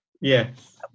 Yes